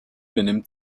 benimmt